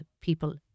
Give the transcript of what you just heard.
people